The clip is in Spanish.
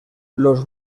los